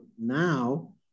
now